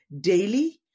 daily